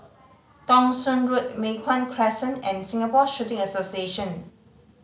Thong Soon Road Mei Hwan Crescent and Singapore Shooting Association